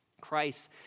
Christ